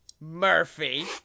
Murphy